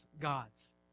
God's